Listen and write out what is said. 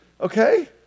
Okay